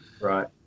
Right